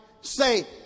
Say